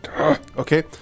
Okay